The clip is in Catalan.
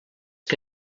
que